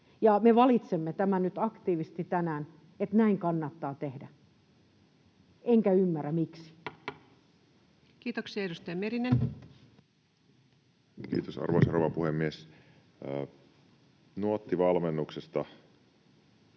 me valitsemme tämän nyt aktiivisesti tänään, että näin kannattaa tehdä, enkä ymmärrä, miksi. Kiitoksia. — Edustaja Merinen. Kiitos, arvoisa rouva puhemies! Nuotti-valmennuksesta